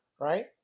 Right